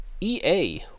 EA